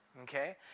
Okay